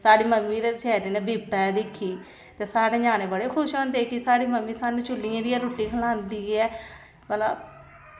साढ़ी मम्मी ते बचैरी ने बिपत्ता गै दिक्खी ते साढ़े ञ्याणे बड़े खुश होंदे कि साढ़ी मम्मी सानूं चुल्हियै दी गै रुट्टी खलांदी ऐ भला